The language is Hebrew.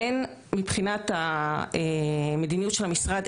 מבחינת תשתיות: